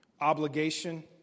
obligation